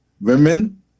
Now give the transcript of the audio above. women